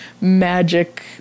magic